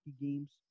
games